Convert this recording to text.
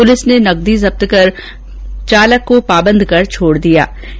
police ने नगदी जब्त कर चालक को पाबंद कर छोड़ दिया है